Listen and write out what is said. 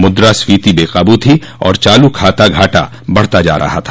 मुद्रा स्फीति बेकाबू थी और चालू खाता घाटा बढ़ता जा रहा था